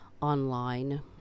online